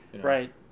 Right